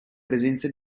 presenza